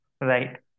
Right